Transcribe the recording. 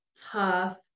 tough